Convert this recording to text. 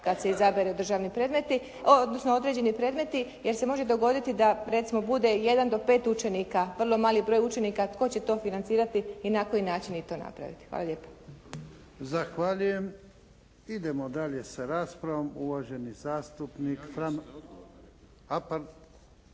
odnosno određeni predmeti. Jer se može dogoditi da bude 1 do 5 učenika, vrlo mali broj učenika. Tko će to financirati i na koji način to napraviti? Hvala lijepa. **Jarnjak, Ivan (HDZ)** Zahvaljujem. Idemo dalje sa raspravom. Uvaženi zastupnik